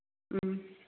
ம்